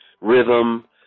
rhythm